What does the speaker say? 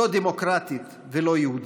לא דמוקרטית ולא יהודית.